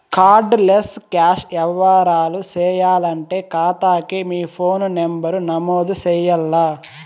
card less cash యవ్వారాలు సేయాలంటే కాతాకి మీ ఫోను నంబరు నమోదు చెయ్యాల్ల